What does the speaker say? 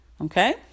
okay